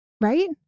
right